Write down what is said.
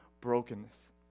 brokenness